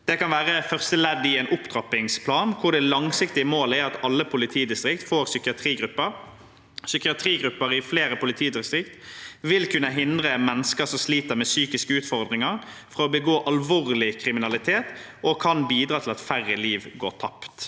Det kan være første ledd i en opptrappingsplan hvor det langsiktige målet er at alle politidistrikt får psykiatrigrupper. Psykiatrigrupper i flere politidistrikt vil kunne hindre mennesker som sliter med psykiske utfordringer, fra å begå alvorlig kriminalitet og kan bidra til at færre liv går tapt.